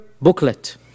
booklet